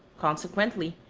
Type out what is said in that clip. consequently,